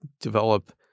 develop